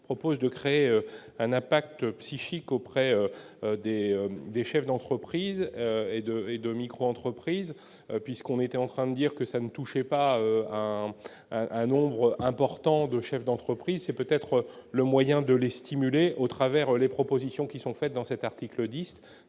propose de créer un impact psychique auprès des des chefs d'entreprise et de et 2 micro-entreprises puisqu'on était en train de lire que ça ne touchez pas à un nombre important de chefs d'entreprise, c'est peut-être le moyen de les stimuler au travers les propositions qui sont faites dans cet article de